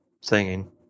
singing